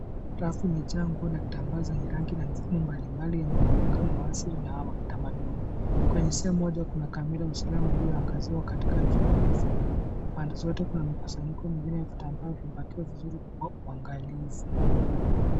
Rafu imejaa nguo na vitambaa vyenye rangi mbalimbali na mifumo mbalimbali yenye mwonekano wa asili na kitamaduni. Kwenye sehemu moja kuna kamera ya usalama iliyoangaziwa katika juu ya rafu hiyo, pande zote kuna mikusanyiko mingine ya vitambaa vilivyopakiwa vizuri kwa uangalifu.